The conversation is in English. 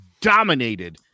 dominated